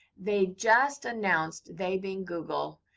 they just announced they being google